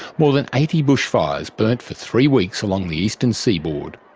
more than eighty bushfires burnt for three weeks along the eastern seaboard.